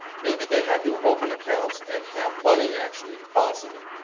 maybe they had to open accounts and have money actually deposited.